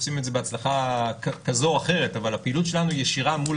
עושים את זה בהצלחה כזו או אחרת אבל הפעילות שלנו היא ישירה מול